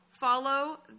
follow